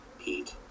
Pete